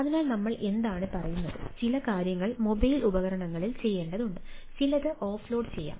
അതിനാൽ നമ്മൾ എന്താണ് പറയുന്നത് ചില കാര്യങ്ങൾ മൊബൈൽ ഉപകരണങ്ങളിൽ ചെയ്യേണ്ടതുണ്ട് ചിലത് ഓഫ്ലോഡ് ചെയ്യാം